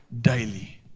daily